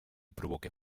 provoca